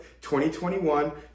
2021